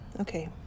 okay